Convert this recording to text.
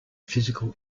physical